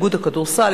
איגוד הכדורסל,